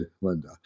Linda